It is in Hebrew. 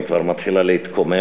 היא כבר מתחילה להתקומם,